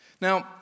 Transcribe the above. Now